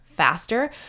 faster